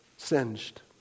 singed